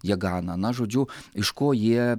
jie gana na žodžiu iš ko jie